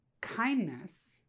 kindness